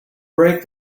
break